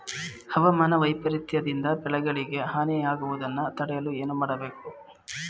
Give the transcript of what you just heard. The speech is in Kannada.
ಹವಾಮಾನ ವೈಪರಿತ್ಯ ದಿಂದ ಬೆಳೆಗಳಿಗೆ ಹಾನಿ ಯಾಗುವುದನ್ನು ತಡೆಯಲು ಏನು ಮಾಡಬೇಕು?